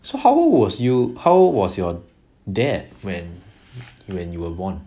so how was you how was your dad when you when you were born